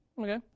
Okay